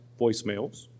voicemails